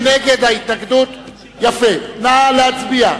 נא להצביע.